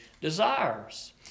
desires